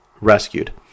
rescued